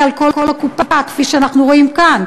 על כל הקופה כפי שאנחנו רואים כאן.